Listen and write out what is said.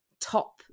top